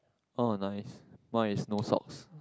oh nice mine is no socks